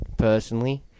personally